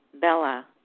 Bella